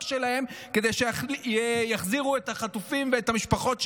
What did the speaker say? שלהם כדי שיחזירו את החטופים ואת המשפחות שלהם.